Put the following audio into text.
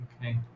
Okay